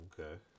Okay